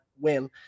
win